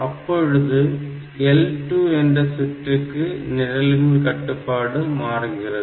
அப்பொழுது L2 என்ற சுற்றுக்கு நிரலின் கட்டுப்பாடு மாறுகிறது